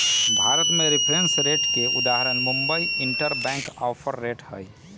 भारत में reference rate के उदाहरण मुंबई इंटरबैंक ऑफर रेट हइ